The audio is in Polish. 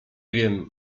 wiem